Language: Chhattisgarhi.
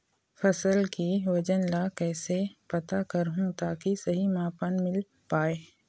फसल के वजन ला कैसे पता करहूं ताकि सही मापन मील पाए?